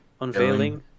Unveiling